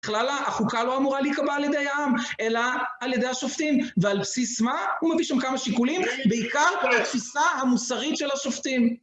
בכלל החוקה לא אמורה להיקבע על ידי העם, אלא על ידי השופטים. ועל בסיס מה? הוא מביא שם כמה שיקולים, בעיקר התפיסה המוסרית של השופטים.